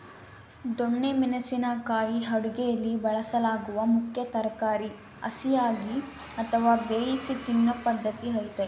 ದೊಣ್ಣೆ ಮೆಣಸಿನ ಕಾಯಿ ಅಡುಗೆಯಲ್ಲಿ ಬಳಸಲಾಗುವ ಮುಖ್ಯ ತರಕಾರಿ ಹಸಿಯಾಗಿ ಅಥವಾ ಬೇಯಿಸಿ ತಿನ್ನೂ ಪದ್ಧತಿ ಐತೆ